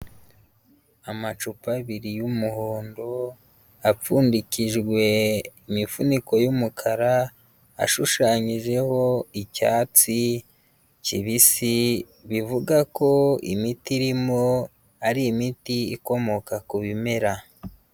Amacupa abiri y'umuhondo apfundikijwe imifuniko y'umukara, ashushanyijeho icyatsi kibisi, bivuga ko imiti irimo ari imiti ikomoka ku bimera.